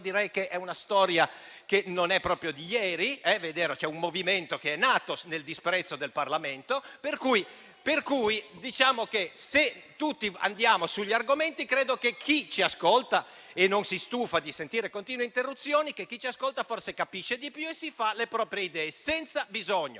una storia di ieri: c'è un movimento che è nato nel disprezzo del Parlamento. Pertanto, se tutti stiamo sugli argomenti, credo che chi ci ascolta e non si stufa di sentire continue interruzioni forse capisce di più e si fa le proprie idee, senza bisogno